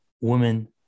women